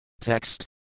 Text